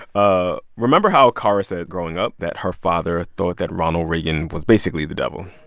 ah remember how kara said growing up that her father thought that ronald reagan was basically the devil?